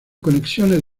conexiones